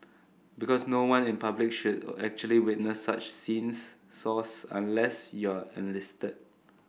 because no one in public should actually witness such scenes source unless you're enlisted